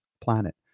planet